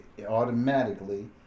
Automatically